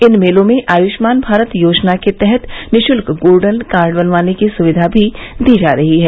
इन मेलों में आयुष्मान भारत योजना के तहत निशुल्क गोल्डन कार्ड बनाने की सुविधा भी दी जा रही है